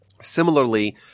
Similarly